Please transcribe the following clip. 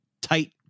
tight